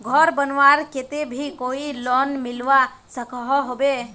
घोर बनवार केते भी कोई लोन मिलवा सकोहो होबे?